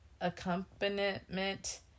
accompaniment